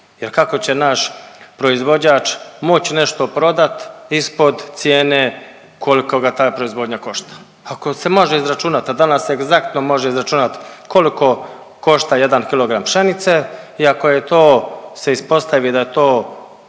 jer kako će naš proizvođač moć nešto prodat ispod cijene koliko ga ta proizvodnja košta. Ako se može izračunat, a danas se egzaktno može izračunat koliko košta jedan kg pšenice i ako je to se ispostavi da to